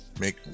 make